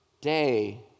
day